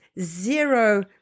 zero